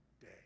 day